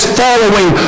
following